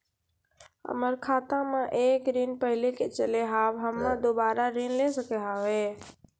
हमर खाता मे एक ऋण पहले के चले हाव हम्मे दोबारा ऋण ले सके हाव हे?